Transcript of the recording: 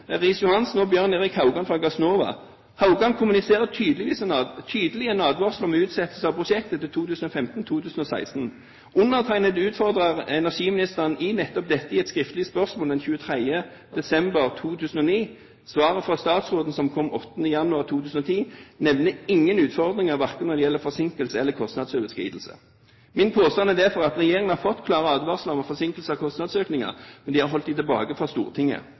Haugan fra Gassnova. Haugan kommuniserer tydelig en advarsel om en utsettelse av prosjektet til 2015–2016. Undertegnede utfordret energiministeren på nettopp dette i et skriftlig spørsmål den 23. desember 2009. Svaret fra statsråden, som kom den 8. januar 2010, nevner ingen utfordringer verken når det gjelder forsinkelser, eller når det gjelder kostnadsoverskridelser. Min påstand er derfor at regjeringen har fått klare advarsler om forsinkelser og kostnadsøkninger, men den har holdt det tilbake for Stortinget.